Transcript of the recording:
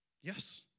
Yes